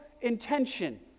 intention